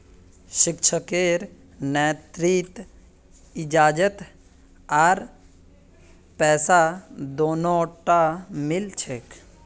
शिक्षकेर नौकरीत इज्जत आर पैसा दोनोटा मिल छेक